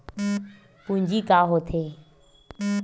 पूंजी का होथे?